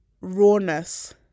rawness